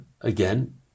again